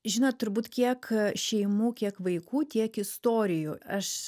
žinot turbūt kiek šeimų kiek vaikų tiek istorijų aš